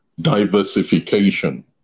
diversification